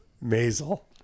Mazel